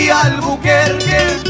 Albuquerque